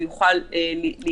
הוא יוכל להתחסן.